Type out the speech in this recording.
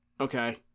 Okay